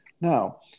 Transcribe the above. Now